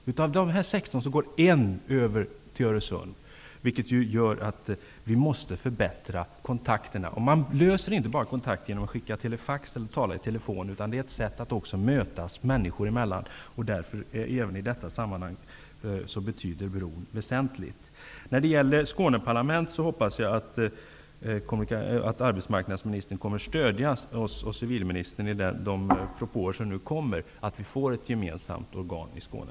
Av dessa 16 tas 1 kontakt över Öresund. Det gör att vi måste förbättra kontakterna. Man löser inte problemet med kontakterna enbart genom att tala i telefon eller att skicka telefax. Det gäller också att mötas människor emellan. Även i detta sammanhang är bron väsentlig. Jag hoppas att arbetsmarknadsministern kommer att stödja oss och civilministern i de propåer som nu kommer, så att vi får ett gemensamt organ i Skåne.